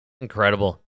Incredible